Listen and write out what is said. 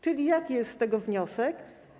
Czyli jaki jest z tego wniosek?